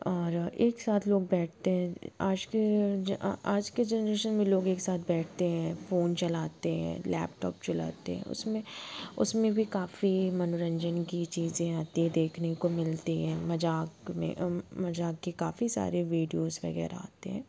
और एक साथ लोग बैठते हैं आज के आज की जेनेरेशन में लोग एक साथ बैठते हैं फ़ोन चलाते हैं लैपटॉप चलाते हैं उसमें उसमें भी काफ़ी मनोरंजन की चीज़ें आती हैं देखने काे मिलती हैं मज़ाक में मज़ाक के काफ़ी सारे वीडियोज़ वग़ैरह आते हैं